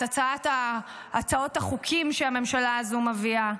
את הצעות החוקים שהממשלה הזו מביאה,